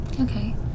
Okay